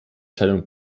teilung